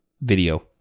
video